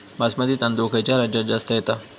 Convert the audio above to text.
बासमती तांदूळ खयच्या राज्यात जास्त येता?